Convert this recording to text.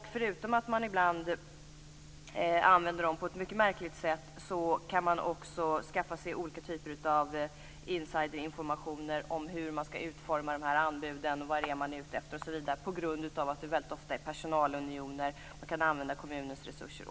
Förutom att pengarna ibland används på ett märkligt sätt kan man också skaffa sig olika typer av insiderinformationer om hur anbuden skall utformas osv. på grund av att det ofta är personalunioner, det går att använda kommunens resurser.